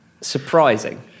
surprising